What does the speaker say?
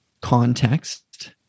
context